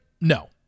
No